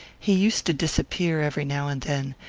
he used to disappear every now and then,